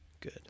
good